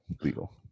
legal